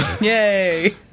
Yay